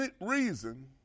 reason